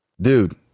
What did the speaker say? Dude